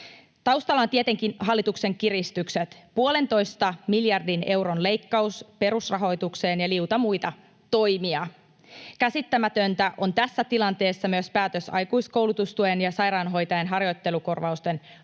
Taustalla ovat tietenkin hallituksen kiristykset, puolentoista miljardin euron leikkaus perusrahoitukseen ja liuta muita toimia. Käsittämätöntä on tässä tilanteessa myös päätös aikuiskoulutustuen ja sairaanhoitajien harjoittelukorvausten